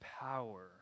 power